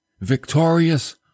victorious